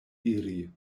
iri